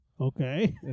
Okay